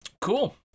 cool